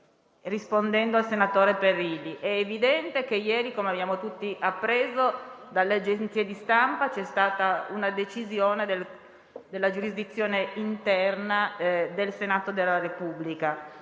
spiego anche il motivo. È evidente che ieri, come abbiamo tutti appreso dalle agenzie di stampa, c'è stata una decisione della giurisdizione interna del Senato della Repubblica